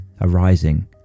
arising